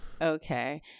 Okay